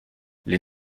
les